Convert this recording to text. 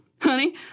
Honey